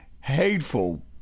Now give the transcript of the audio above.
hateful